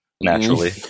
naturally